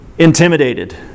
intimidated